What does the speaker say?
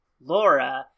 Laura